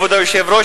כבוד היושב-ראש,